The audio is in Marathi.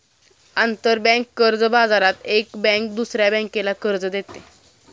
आंतरबँक कर्ज बाजारात एक बँक दुसऱ्या बँकेला कर्ज देते